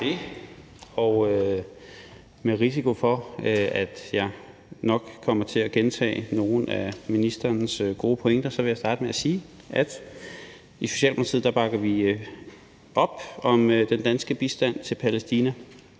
Med risiko for at jeg nok kommer til at gentage nogle af ministerens gode pointer, vil jeg starte med at sige, at i Socialdemokratiet bakker vi op om den danske bistand til Palæstina.